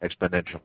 exponential